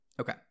Okay